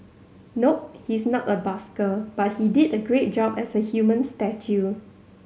nope he's not a busker but he did a great job as a human statue